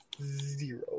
Zero